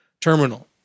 terminal